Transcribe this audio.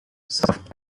soft